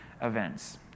events